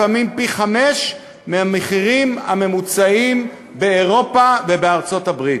לפעמים פי-חמישה מהמחירים הממוצעים באירופה ובארצות-הברית.